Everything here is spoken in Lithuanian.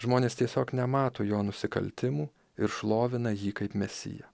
žmonės tiesiog nemato jo nusikaltimų ir šlovina jį kaip mesiją